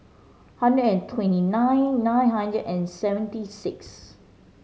hundred and twenty nine nine hundred and seventy six